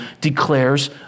declares